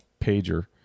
pager